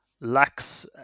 lacks